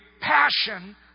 passion